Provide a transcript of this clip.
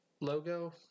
logo